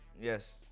Yes